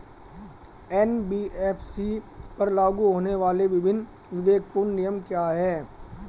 NBFC पर लागू होने वाले विभिन्न विवेकपूर्ण नियम क्या हैं?